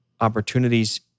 opportunities